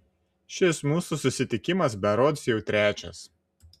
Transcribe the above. šis mūsų susitikimas berods jau trečias